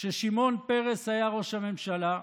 כששמעון פרס היה ראש הממשלה,